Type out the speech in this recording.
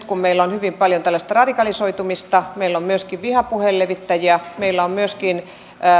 kun meillä on hyvin paljon tällaista radikalisoitumista ja meillä on myöskin vihapuheen levittäjiä ja meillä on myöskin